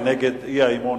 ונגד האי-אמון,